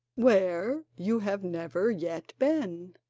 where you have never yet been,